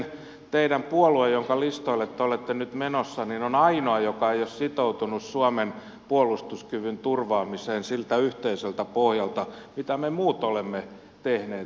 teidän puolue jonka listoille te olette nyt menossa on ainoa joka ei ole sitoutunut suomen puolustuskyvyn turvaamiseen siltä yhteiseltä pohjalta me muut olemme sen tehneet